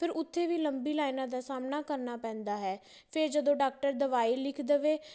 ਫਿਰ ਉੱਥੇ ਵੀ ਲੰਬੀ ਲਾਈਨਾਂ ਦਾ ਸਾਹਮਣਾ ਕਰਨਾ ਪੈਂਦਾ ਹੈ ਫਿਰ ਜਦੋਂ ਡਾਕਟਰ ਦਵਾਈ ਲਿਖ ਦੇਵੇ